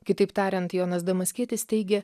kitaip tariant jonas damaskietis teigia